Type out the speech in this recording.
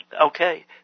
Okay